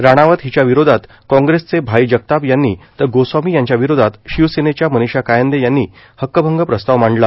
राणावत हिच्या विरोधात काँग्रेसचे भाई जगताप यांनी तर गोस्वामी यांच्या विरोधात शिवसेनेच्या मनीषा कायंदे यांनी हक्कभंग प्रस्ताव मांडला